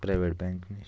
private bank نِش